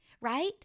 Right